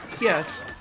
Yes